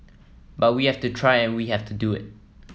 but we have to try and we have to do it